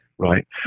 right